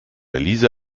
lisa